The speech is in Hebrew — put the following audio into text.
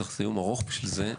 צריך יום ארוך בשביל זה,